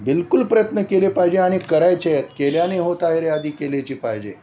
बिलकुल प्रयत्न केले पाहिजे आणि करायचे आहेत केल्याने होत आहे रे आधी केलेची पाहिजे